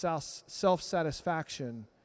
self-satisfaction